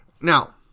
Now